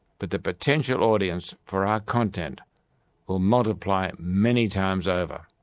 but the potential audience for our content will multiply and many times over.